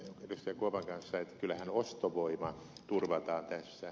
kuopan kanssa että kyllähän ostovoima turvataan tässä